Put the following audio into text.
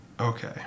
Okay